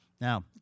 Now